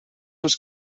els